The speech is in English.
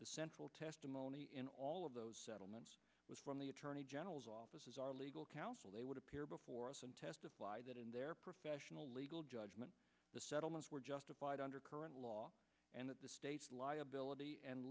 the central testimony in all of those settlements was from the attorney general's office as our legal counsel they would appear before us and testify that in their professional legal judgment the settlements were justified under current law and that the liability and